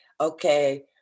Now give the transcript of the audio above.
okay